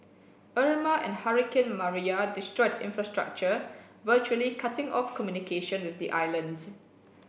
Irma and hurricane Maria destroyed infrastructure virtually cutting off communication with the islands